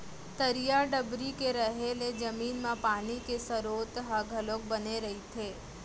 तरिया डबरी के रहें ले जमीन म पानी के सरोत ह घलोक बने रहिथे